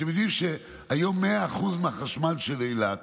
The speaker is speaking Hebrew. אתם יודעים שהיום 100% החשמל של אילת